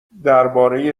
درباره